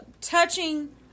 touching